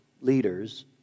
leaders